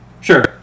Sure